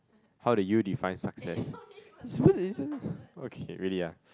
how do you define success it says okay really ah